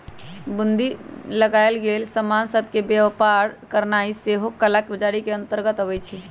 बन्दी लगाएल गेल समान सभ के व्यापार करनाइ सेहो कला बजारी के अंतर्गत आबइ छै